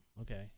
Okay